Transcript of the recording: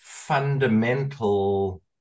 fundamental